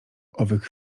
owych